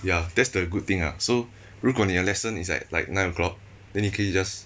ya that's the good thing ah so 如果你的 lesson is at like nine o'clock then 你可以 just